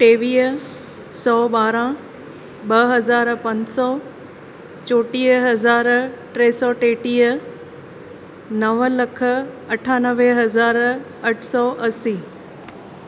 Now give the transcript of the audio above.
टेवीह सौ ॿारहं ॿ हज़ार पंज सौ चोटीह हज़ार टे सौ टेटीह नव लख अठानवे हज़ार अठ सौ असीं